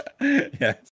yes